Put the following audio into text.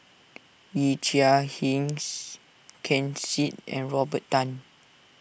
Yee Chia Hsing Ken Seet and Robert Tan